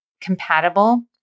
compatible